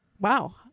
Wow